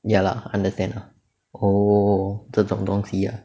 ya lah understand oh 这种东西 ah